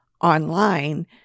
online